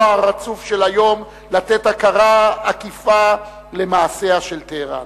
הצרוף של היום לתת הכרה עקיפה למעשיה של טהרן,